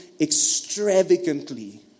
extravagantly